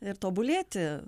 ir tobulėti